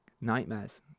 nightmares